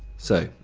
so,